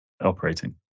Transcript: operating